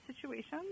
situations